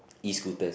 E scooters